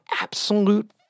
absolute